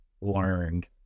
learned